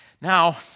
now